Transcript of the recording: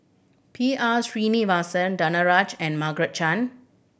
P R Sreenivasan Danaraj and Margaret Chan